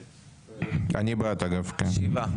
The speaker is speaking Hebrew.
שבעה.